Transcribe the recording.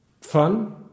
Fun